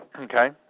Okay